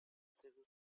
civil